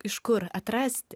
iš kur atrasti